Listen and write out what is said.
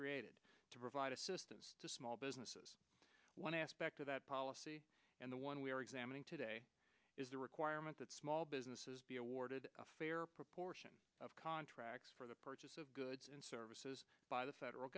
created to provide assistance to small businesses one aspect of that policy and the one we are examining today is the requirement that small businesses be awarded a fair proportion of contracts for the purchase of goods and services by the federal